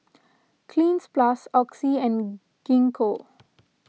Cleanz Plus Oxy and Gingko